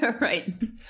Right